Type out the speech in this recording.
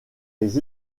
les